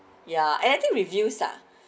ya and I think reviews ah